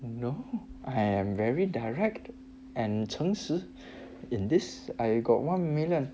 no I am very direct and 诚实 in this I got one million